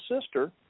sister